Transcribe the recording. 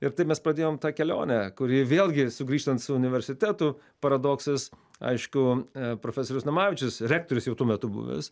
ir taip mes pradėjom tą kelionę kuri vėlgi sugrįžtant su universitetu paradoksas aišku profesorius namavičius rektorius jau tuo metu buvęs